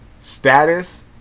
status